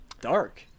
Dark